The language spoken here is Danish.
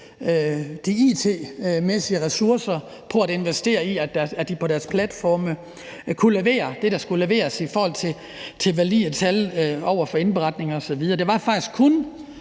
de it-mæssige ressourcer på at investere i, at de på deres platforme kunne levere det, der skulle leveres i forhold til valide tal over for indberetninger osv. Det var faktisk kun